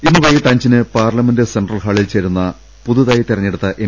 ഇന്ന് വൈകീട്ട് അഞ്ചിന് പാർലമെന്റ് സെൻട്രൽ ഹാളിൽ ചേരുന്ന പുതുതായി തെരഞ്ഞെടുത്ത എം